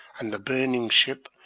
and the burn ing ship,